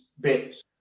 bits